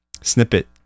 snippet